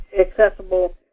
accessible